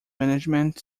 management